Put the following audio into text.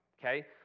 Okay